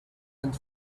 and